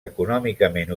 econòmicament